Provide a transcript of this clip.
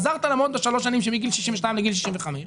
עזרת לה מאוד בשלוש השנים מגיל 62 עד גיל 65,